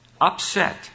upset